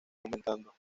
aumentando